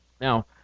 Now